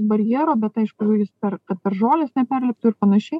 barjero bet aišku jis per žoles neperliptų ir panaši